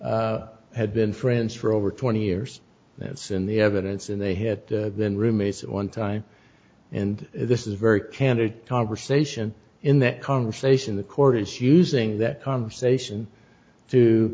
had been friends for over twenty years that's in the evidence and they hit than roommates at one time and this is a very candid conversation in that conversation the court is using that conversation